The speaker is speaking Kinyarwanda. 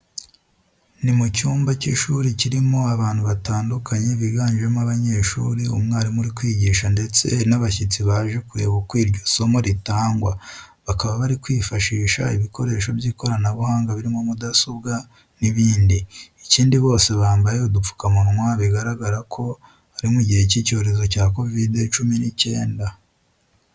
Ni mu cyumba cy'ishuri kirimo abantu batandukanye biganjemo abanyeshuri, umwarimu uri kwigisha ndetse n'abashyitsi baje kureba uko iryo somo ritangwa. Bakaba bari kwifashisha ibikoresho by'ikoranabuhanga birimo mudasobwa n'ibindi. Ikindi, bose bambaye udupfukamunwa, bigaragara ko ari mu gihe cy'icyorezo cya kovide cumi n'icyenda.